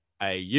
AU